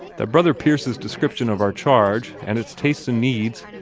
that brother pierce's description of our charge and its tastes and needs,